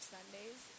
Sundays